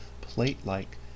plate-like